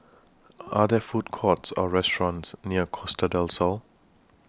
Are There Food Courts Or restaurants near Costa Del Sol